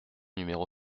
numéro